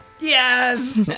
Yes